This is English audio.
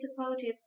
supportive